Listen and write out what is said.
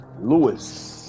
Lewis